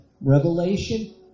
Revelation